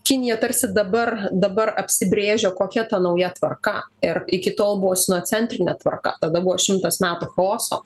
kinija tarsi dabar dabar apsibrėžia kokia ta nauja tvarka ir iki tol buvo sinocentrinė tvarka tada buvo šimtas metų chaoso